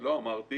לא אמרתי